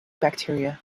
bacteria